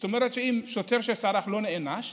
זאת אומרת, אם שוטר שסרח לא נענש,